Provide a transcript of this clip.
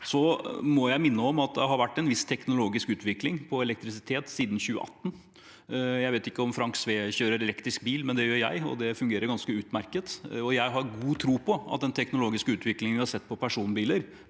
Jeg må minne om at det har vært en viss teknologisk utvikling på elektrisitet siden 2018. Jeg vet ikke om Frank Sve kjører elektrisk bil, men det gjør jeg, og det fungerer ganske utmerket. Jeg har god tro på at den teknologiske utviklingen vi har sett på personbiler,